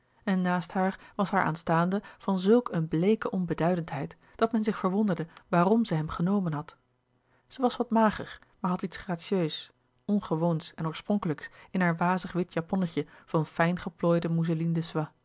en naast haar was haar aanstaande van zulk een bleeke onbeduidendheid dat men zich verwonderde waarom ze hem genomen had zij was wat mager maar had iets gratieus ongewoons en oorspronkelijks in haar wazig wit japonnetje van fijn geplooide